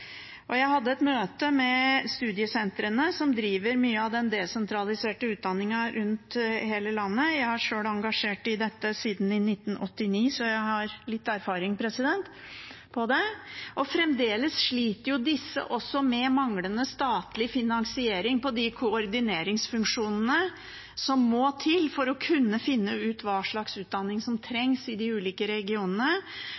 Jeg hadde et møte med studiesentrene som driver mye av den desentraliserte utdanningen rundt i hele landet– jeg har sjøl vært engasjert i dette siden i 1989, så jeg har litt erfaring. Fremdeles sliter disse med manglende statlig finansiering på de koordineringsfunksjonene som må til for å kunne finne ut hva slags utdanning som